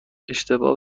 اشتباه